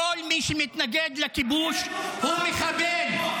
כל מי שמתנגד לכיבוש הוא מחבל.